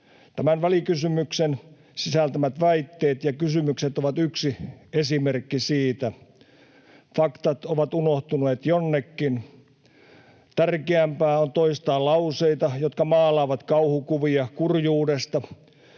Tämän välikysymyksen sisältämät väitteet ja kysymykset ovat yksi esimerkki siitä. Faktat ovat unohtuneet jonnekin. Tärkeämpää on toistaa lauseita, jotka maalaavat kauhukuvia kurjuudesta,